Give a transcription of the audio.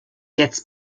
jetzt